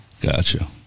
Gotcha